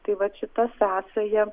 tai vat šita sąsaja